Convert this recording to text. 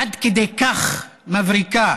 עד כדי כך מבריקה